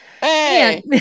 hey